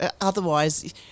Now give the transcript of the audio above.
otherwise